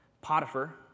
Potiphar